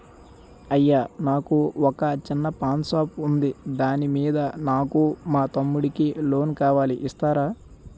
అయ్యా నాకు వొక చిన్న పాన్ షాప్ ఉంది దాని మీద నాకు మా తమ్ముడి కి లోన్ కావాలి ఇస్తారా?